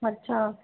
अच्छा